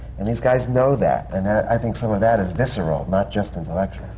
and these guys know that. and i think some of that is visceral, not just intellectual.